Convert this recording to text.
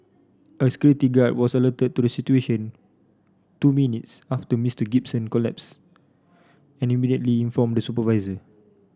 a security guard was alerted to the situation two minutes after Mister Gibson collapsed and immediately informed the supervisor